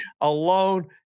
alone